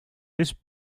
this